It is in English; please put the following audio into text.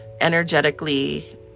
energetically